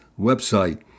website